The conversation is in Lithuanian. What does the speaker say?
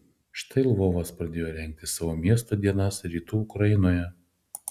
štai lvovas pradėjo rengti savo miesto dienas rytų ukrainoje